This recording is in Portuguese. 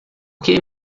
que